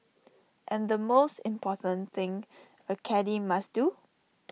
and the most important thing A caddie must do